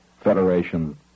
Federation